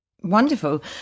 Wonderful